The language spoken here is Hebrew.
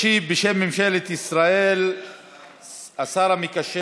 ישיב בשם ממשלת ישראל השר המקשר